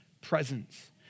presence